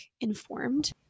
informed